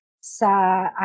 sa